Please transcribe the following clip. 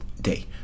day